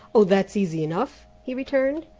oh! that's easy enough, he returned.